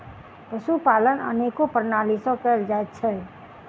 पशुपालन अनेको प्रणाली सॅ कयल जाइत छै